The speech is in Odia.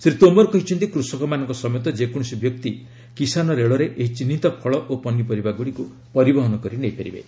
ଶ୍ରୀ ତୋମର କହିଛନ୍ତି କୃଷକମାନଙ୍କ ସମେତ ଯେକୌଣସି ବ୍ୟକ୍ତି କିଶାନ ରେଳରେ ଏହି ଚିହ୍ନିତ ଫଳ ଓ ପନିପରିବା ଗୁଡ଼ିକୁ ପରିବହନ କରି ନେଇପାରିବେ